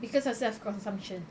because of self consumption